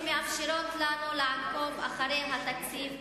שמאפשרות לנו לעקוב אחרי התקציב,